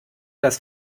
das